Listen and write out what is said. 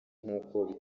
nk’uko